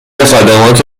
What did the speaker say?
خدمات